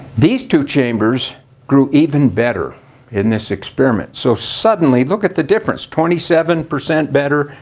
these two chambers grew even better in this experiment. so suddenly look at the difference twenty seven percent better,